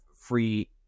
free